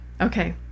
Okay